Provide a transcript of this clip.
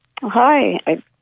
Hi